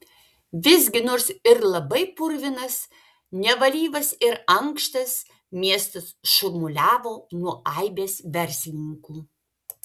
visgi nors ir labai purvinas nevalyvas ir ankštas miestas šurmuliavo nuo aibės verslininkų